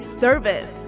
service